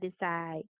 decide